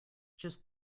just